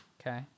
Okay